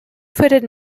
footed